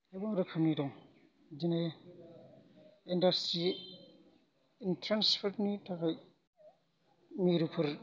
गोबां रोखोमनि दं बिदिनो इन्दास्त्रि एन्थ्रेस फोरनि थाखाय मिरुफोर